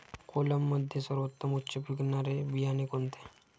कोलममध्ये सर्वोत्तम उच्च पिकणारे बियाणे कोणते?